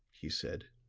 he said.